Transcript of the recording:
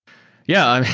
yeah. i mean,